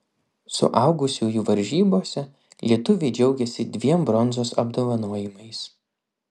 suaugusiųjų varžybose lietuviai džiaugėsi dviem bronzos apdovanojimais